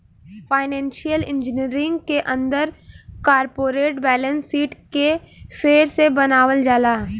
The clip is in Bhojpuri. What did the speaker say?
फाइनेंशियल इंजीनियरिंग के अंदर कॉरपोरेट बैलेंस शीट के फेर से बनावल जाला